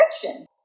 friction